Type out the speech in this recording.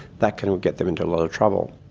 that can get them into a lot of trouble.